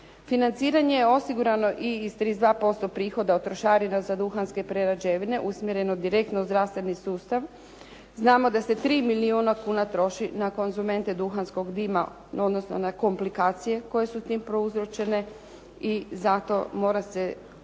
Financiranje je osigurano i iz 32% prihoda od trošarina za duhanske prerađevine usmjereno direktno u zdravstveni sustav. Znamo da se 3 milijuna kuna troši na konzumente duhanskog dima odnosno na komplikacije koje su tim prouzročene i zato mora se učestvovati